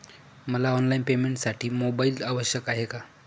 मला ऑनलाईन पेमेंटसाठी मोबाईल आवश्यक आहे का?